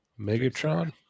Megatron